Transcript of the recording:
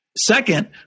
Second